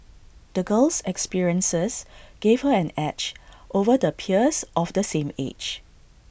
the girl's experiences gave her an edge over the peers of the same age